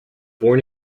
born